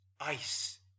Ice